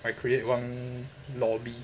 I create one lobby